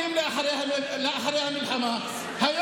אני אומר לך חד-משמעית, כי על